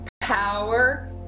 power